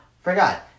Forgot